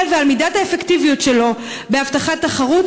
ועל מידת האפקטיביות שלו בהבטחת תחרות,